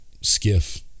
skiff